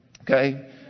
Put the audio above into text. Okay